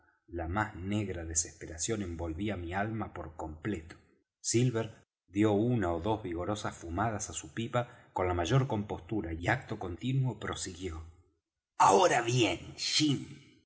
la más negra desesperación envolvía mi alma por completo silver dió una ó dos vigorosas fumadas á su pipa con la mayor compostura y acto continuo prosiguió ahora bien jim